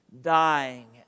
dying